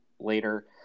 later